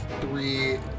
three